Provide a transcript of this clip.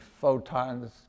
photons